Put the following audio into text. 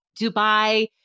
Dubai